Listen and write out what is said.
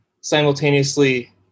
simultaneously